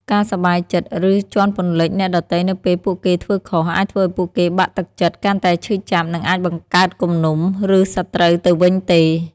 ការសប្បាយចិត្ត ឬជាន់ពន្លិចអ្នកដទៃនៅពេលពួកគេធ្វើខុស អាចធ្វើឱ្យពួកគេបាក់ទឹកចិត្ត កាន់តែឈឺចាប់ និងអាចបង្កើតគំនុំ ឬសត្រូវទៅវិញទេ។